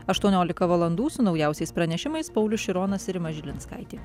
ašruoniolika valandų su naujausiais pranešimais paulius šironas ir rima žilinskaitė